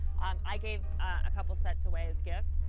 i give a couple of sets away as gifts.